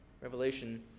Revelation